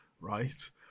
right